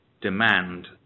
demand